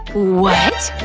what?